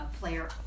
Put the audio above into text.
player